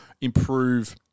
improve